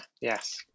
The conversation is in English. yes